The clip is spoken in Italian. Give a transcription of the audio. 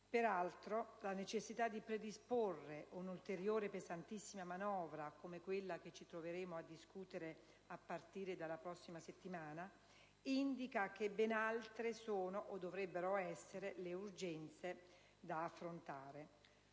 Peraltro, la necessità di predisporre un'ulteriore pesantissima manovra, come quella che ci troveremo a discutere a partire dalla prossima settimana, indica che ben altre sono, o dovrebbero essere, le urgenze da affrontare.